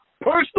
Personal